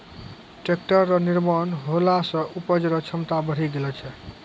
tractor रो निर्माण होला से उपज रो क्षमता बड़ी गेलो छै